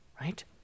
Right